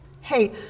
Hey